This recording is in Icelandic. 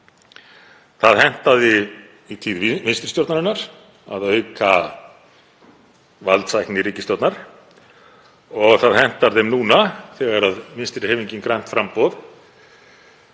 Það hentaði í tíð vinstri stjórnarinnar að auka valdsækni ríkisstjórnar og það hentar þeim núna þegar Vinstrihreyfingin – grænt framboð